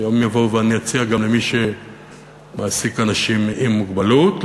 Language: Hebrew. יום יבוא ואני אציע גם למי שמעסיק אנשים עם מוגבלות,